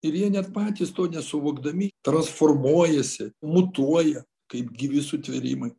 ir jie net patys to nesuvokdami transformuojasi mutuoja kaip gyvi sutvėrimai